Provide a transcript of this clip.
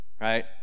right